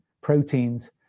proteins